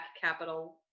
capital